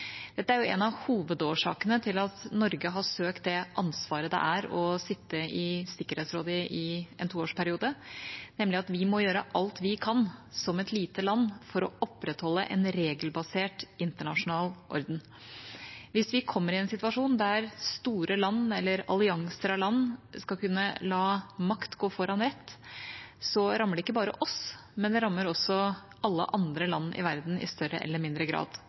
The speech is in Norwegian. Dette er en av hovedårsakene til at Norge har søkt det ansvaret det er å sitte i Sikkerhetsrådet i en toårsperiode, nemlig at vi må gjøre alt vi kan som et lite land for å opprettholde en regelbasert internasjonal orden. Hvis vi kommer i en situasjon der store land eller allianser av land skal kunne la makt gå foran rett, rammer det ikke bare oss, det rammer også alle andre land i verden i større eller mindre grad